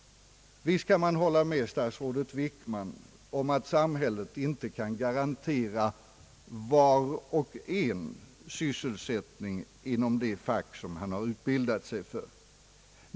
Visst kan man hålla med statsrådet Wickman om att samhället inte kan garantera var och en sysselsättning inom det fack som han har utbildat sig för.